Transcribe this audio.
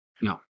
No